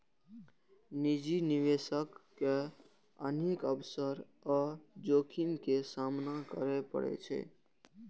निजी निवेशक के अनेक अवसर आ जोखिम के सामना करय पड़ै छै